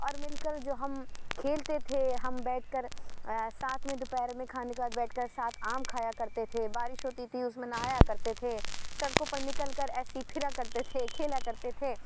اور میری کل جو ہم کھیلتے تھے ہم بیٹھ کر ساتھ میں دوپہر میں کھانے کے بعد بیٹھ کر ساتھ آم کھایا کرتے تھے بارش ہوتی تھی اس میں نہایا کرتے تھے سڑکوں پر نکل کر ایسے ہی پھرا کرتے تھے کھیلا کرتے تھے